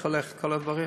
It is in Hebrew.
איך הולכים כל הדברים.